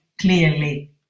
clearly